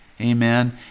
Amen